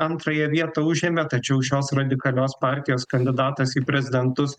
antrąją vietą užėmė tačiau šios radikalios partijos kandidatas į prezidentus